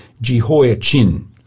Jehoiachin